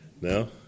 No